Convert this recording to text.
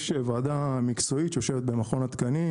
יש ועדה מקצועית שיושבת במכון התקנים